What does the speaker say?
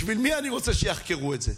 בשביל מי אני רוצה שיחקרו את זה?